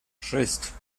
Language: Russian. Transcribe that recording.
шесть